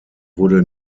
wurde